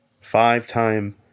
Five-time